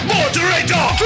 Moderator